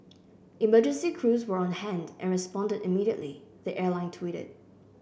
emergency crews were on hand and responded immediately the airline tweeted